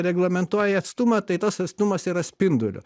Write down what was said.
reglamentuoja atstumą tai tas atstumas yra spinduliu